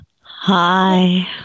Hi